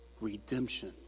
redemption